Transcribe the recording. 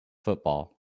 football